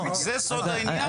זה סוד העניין.